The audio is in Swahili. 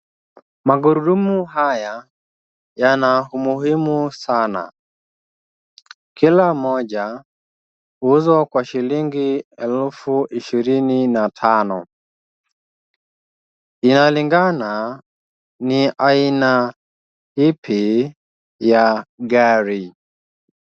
Magurudumu haya yana umuhimu sana. Kila moja huuzwa kwa shilingi elfu ishirini na tano. Inalingana ni aina ipi ya gari.